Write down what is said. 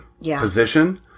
position